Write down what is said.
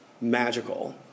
magical